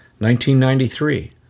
1993